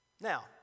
Now